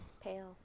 pale